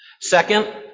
Second